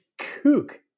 kook